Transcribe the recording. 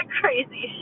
crazy